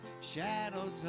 shadows